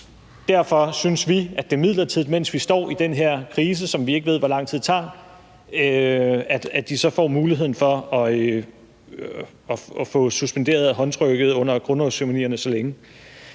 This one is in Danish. Derfor synes vi, at de, mens vi står i den her krise, som vi ikke ved hvor lang tid tager, kan få muligheden for at få suspenderet håndtrykket under grundlovsceremonierne så længe.